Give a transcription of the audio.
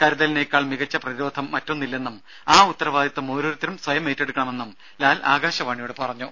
കരുതലിനേക്കാൾ മികച്ച പ്രതിരോധം മറ്റൊന്നില്ലെന്നും ആ ഉത്തരവാദിത്തം ഓരോരുത്തരും സ്വയം ഏറ്റെടുക്കണമെന്നും ലാൽ ആകാശവാണിയോട് പറഞ്ഞു